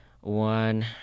One